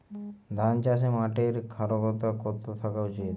ধান চাষে মাটির ক্ষারকতা কত থাকা উচিৎ?